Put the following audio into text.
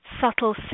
subtle